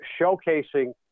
showcasing